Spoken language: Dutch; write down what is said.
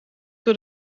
door